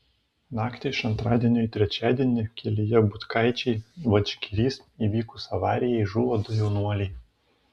naktį iš antradienio į trečiadienį kelyje butkaičiai vadžgirys įvykus avarijai žuvo du jaunuoliai